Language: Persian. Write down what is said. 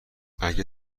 اگه